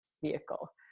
vehicle